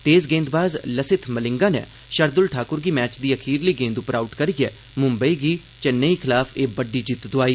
तेज गेंदबाज़ लसिथ मलिंगा नै शरदुल ठाकुर गी मैच दी अखीरली गेंद उप्पर आउट करियै म्म्बई गी चेन्नई खलाफ एह बड्डी जित्त दोआई